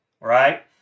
Right